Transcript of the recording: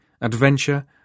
adventure